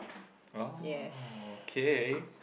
oh okay